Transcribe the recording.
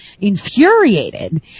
infuriated